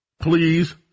Please